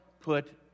put